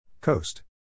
Coast